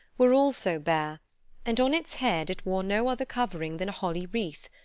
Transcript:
were also bare and on its head it wore no other covering than a holly wreath,